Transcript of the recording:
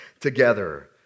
together